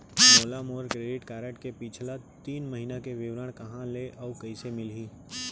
मोला मोर credit card के पिछला तीन महीना के विवरण कहाँ ले अऊ कइसे मिलही?